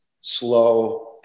Slow